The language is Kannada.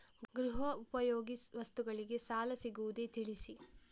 ಗೃಹ ಉಪಯೋಗಿ ವಸ್ತುಗಳಿಗೆ ಸಾಲ ಸಿಗುವುದೇ ತಿಳಿಸಿ?